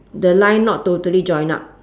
the line not totally join up